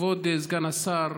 כבוד סגן השר,